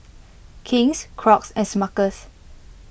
King's Crocs and Smuckers